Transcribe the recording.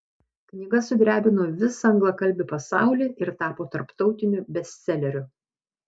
knyga sudrebino visą anglakalbį pasaulį ir tapo tarptautiniu bestseleriu